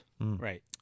right